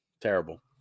Terrible